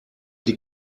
die